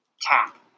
Tap